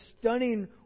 stunning